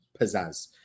pizzazz